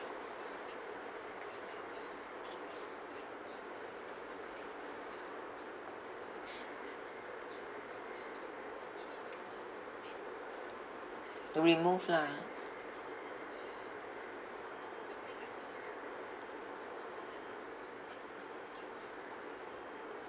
remove lah